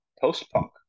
post-punk